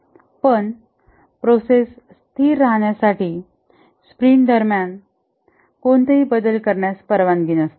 पण प्रोसेस स्थिर राहण्यासाठी स्प्रिंट दरम्यान कोणतेही बदल करण्यास परवानगी नसते